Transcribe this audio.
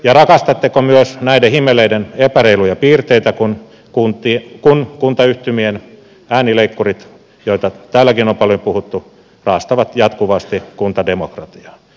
ja rakastatteko myös näiden himmeleiden epäreiluja piirteitä kun kuntayhtymien äänileikkurit joista täälläkin on paljon puhuttu raastavat jatkuvasti kuntademokratiaa